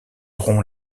rompt